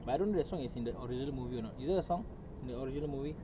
but I don't know the song is in the original movie or not is there a song in the original movie